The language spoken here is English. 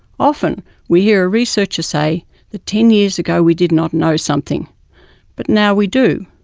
often we hear a researcher say that ten years ago we did not know something but now we do.